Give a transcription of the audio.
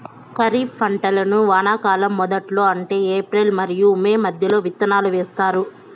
ఖరీఫ్ పంటలను వానాకాలం మొదట్లో అంటే ఏప్రిల్ మరియు మే మధ్యలో విత్తనాలు వేస్తారు